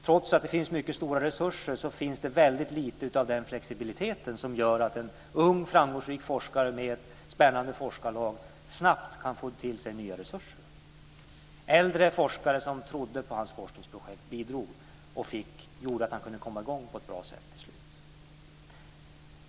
Trots att det finns mycket stora resurser finns det väldigt lite av den flexibilitet som gör att en ung framgångsrik forskare med spännande forskarlag snabbt kan få till sig nya resurser. Äldre forskare som trodde på hans forskningsprojekt bidrog och gjorde att han kunde komma i gång på ett bra sätt till slut.